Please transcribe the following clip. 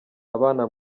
abana